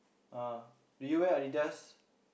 uh did you wear Adidas